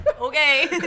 Okay